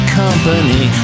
company